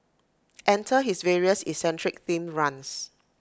enter his various eccentric themed runs